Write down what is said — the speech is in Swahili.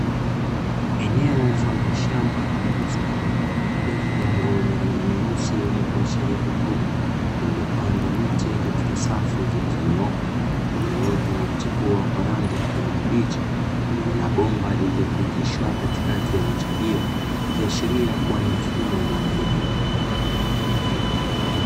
Eneo mfano wa shamba ama bustani lenye udongo wenye rangi nyeusi wenye kuashiria rutuba, liliopandwa miti katika safu zilizonyooka iliyoota na kuchipua kwa rangi ya kijani kibichi, pamoja na bomba lililopitishwa katikati ya miche hiyo ikiashiria ni mfumo wa umwagiliaji.